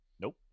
nope